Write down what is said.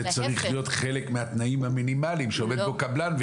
זה צריך להיות חלק מהתנאים המינימליים שעומד בהם קבלן,